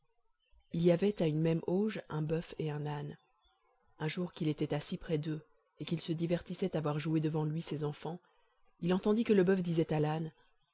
il y avait à une même auge un boeuf et un âne un jour qu'il était assis près d'eux et qu'il se divertissait à voir jouer devant lui ses enfants il entendit que le boeuf disait